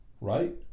right